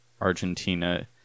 Argentina